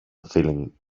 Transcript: feeling